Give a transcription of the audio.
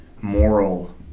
moral